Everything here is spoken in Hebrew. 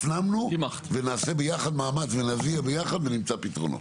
הפנמנו ונעשה ביחד מאמץ ונעביר ביחד ונמצא פתרונות.